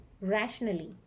rationally